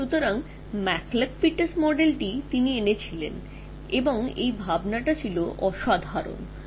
সুতরাং McCulloch Pitts মডেলটি তিনি যা উদ্ভাবন করেছিলেন তার ধারণাটি অসাধারন ছিল